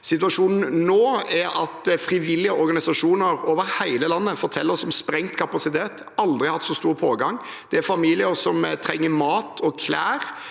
Situasjonen nå er at frivillige organisasjoner over hele landet forteller oss om sprengt kapasitet, de har aldri hatt så stor pågang. Det er familier som trenger mat og klær,